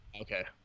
Okay